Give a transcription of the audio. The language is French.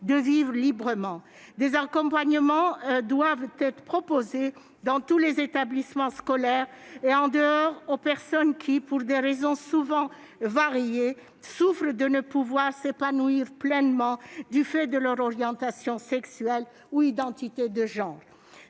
de vivre librement. Des accompagnements doivent être proposés dans tous les établissements scolaires, mais aussi hors de leurs murs, aux personnes qui, pour des raisons souvent variées, souffrent de ne pouvoir s'épanouir pleinement du fait de leur orientation sexuelle ou de leur identité de genre.